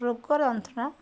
ରୋଗରନ୍ଧନ